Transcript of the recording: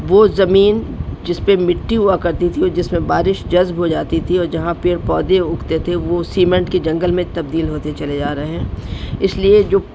وہ زمین جس پہ مٹی ہوا کرتی تھی اور جس میں بارش جذب ہو جاتی تھی اور جہاں پڑ پودے اگتے تھے وہ سیمنٹ کے جنگل میں تبدیل ہوتے چلے جا رہے ہیں اس لیے جو